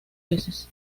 veces